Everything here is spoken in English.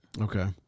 Okay